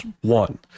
one